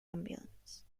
ambulance